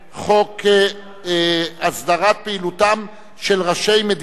חוק עבודת נשים (תיקון,